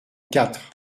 quatre